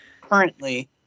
Currently